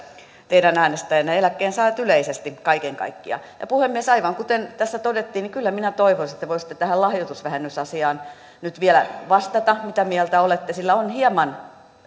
teidän äänestäjänne eläkkeensaajat yleisesti kaiken kaikkiaan puhemies aivan kuten tässä todettiin kyllä minä toivoisin että te voisitte tähän lahjoitusvähennysasiaan liittyen nyt vielä vastata mitä mieltä olette sillä on hieman